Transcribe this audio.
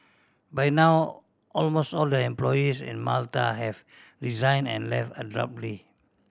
by now almost all the employees in Malta have resigned and left abruptly